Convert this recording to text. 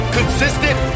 Consistent